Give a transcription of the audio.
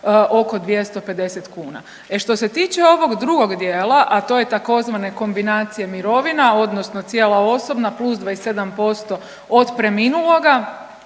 oko 250 kuna. E što se tiče ovog drugog dijela, a to je tzv. kombinacije mirovina odnosno cijela osobna plus 27% od preminuloga,